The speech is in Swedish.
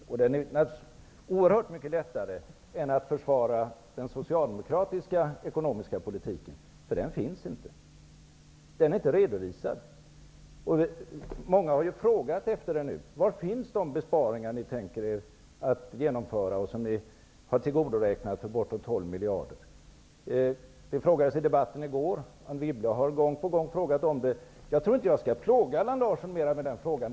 Den är naturligtvis oerhört mycket lättare än att försvara den socialdemokratiska ekonomiska politiken, eftersom den inte finns. Den är inte redovisad. Många har nu frågat: Var finns de besparingar som ni tänker er att genomföra och som ni har tillgodoräknat för bortåt 12 miljarder? Det frågades i debatten i går, och Anne Wibble har gång på gång frågat detta. Jag tror inte att jag skall plåga Allan Larsson med den frågan.